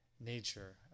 nature